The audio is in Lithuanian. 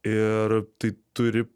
ir tai turi